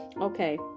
okay